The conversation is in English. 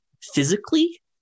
physically